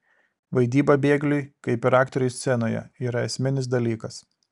vaidyba bėgliui kaip ir aktoriui scenoje yra esminis dalykas